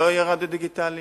לא יהיה רדיו דיגיטלי